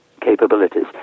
capabilities